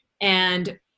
And-